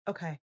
Okay